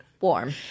warm